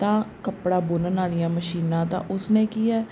ਤਾਂ ਕੱਪੜਾ ਬੁਣਨ ਵਾਲੀਆਂ ਮਸ਼ੀਨਾਂ ਦਾ ਉਸਨੇ ਕੀ ਹੈ